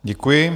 Děkuji.